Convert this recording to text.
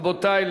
רבותי,